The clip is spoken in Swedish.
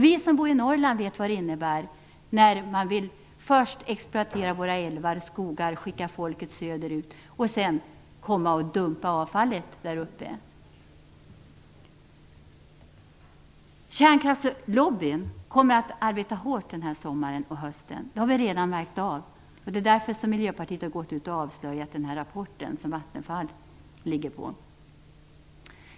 Vi som bor i Norrland vet vad det innebär när man först vill exploatera våra älvar och skogar. Man skickar folket söderut och sedan kommer man och dumpar avfallet däruppe. Att kärnkraftslobbyn kommer att arbeta hårt under sommaren och hösten har vi redan märkt. Det är därför som Miljöpartiet har gått ut och avslöjat Vattenfalls rapport.